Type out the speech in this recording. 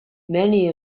many